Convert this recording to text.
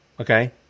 okay